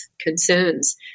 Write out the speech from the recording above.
concerns